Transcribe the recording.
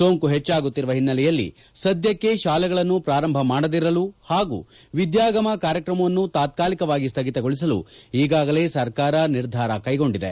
ಸೋಂಕು ಹೆಚ್ಚಾಗುತ್ತಿರುವ ಹಿನ್ನೆಲೆಯಲ್ಲಿ ಸದ್ದಕ್ಕೆ ಶಾಲೆಗಳನ್ನು ಪಾರಂಭ ಮಾಡದಿರಲು ಹಾಗೂ ವಿದ್ಯಾಗಮ ಕಾರ್ಯಕ್ರಮವನ್ನು ತಾತ್ಕಾಲಿಕವಾಗಿ ಸ್ಥಗಿತಗೊಳಿಸಲು ಈಗಾಗಲೇ ಸರ್ಕಾರ ನಿರ್ಧಾರ ತೆಗೆದುಕೊಂಡಿದೆ